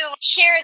share